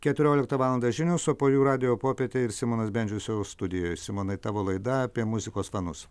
keturioliktą valandą žinios o po jų radijo popietė ir simonas bendžius jau studijoje simonai tavo laida apie muzikos fanus